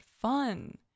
fun